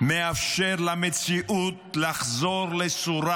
מאפשר למציאות לחזור לסורה.